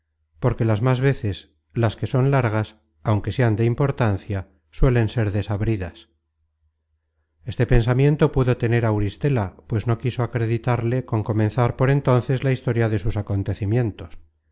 porque las más veces las que son largas aunque sean de importancia suelen ser desabridas este pensamiento pudo tener auristela pues no quiso acreditarle con comenzar por entonces la historia de sus acontecimientos